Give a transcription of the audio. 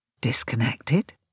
Disconnected